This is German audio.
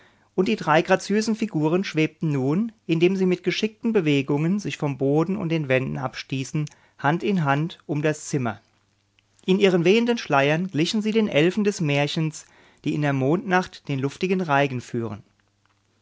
und die drei graziösen figuren schwebten nun indem sie mit geschickten bewegungen sich vom boden und den wänden abstießen hand in hand um das zimmer in ihren wehenden schleiern glichen sie den elfen des märchens die in der mondnacht ihren luftigen reigen führen